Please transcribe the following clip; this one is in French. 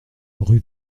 rue